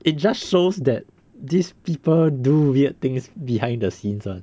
it just shows that these people do weird things behind the scenes [one]